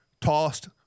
tossed